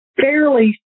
fairly